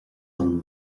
orm